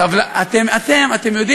אתם,